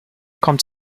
kommt